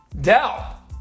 Dell